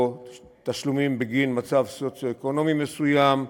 או תשלומים בגין מצב סוציו-אקונומי מסוים,